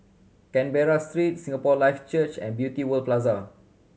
Canberra Street Singapore Life Church and Beauty World Plaza